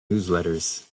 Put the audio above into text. newsletters